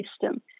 system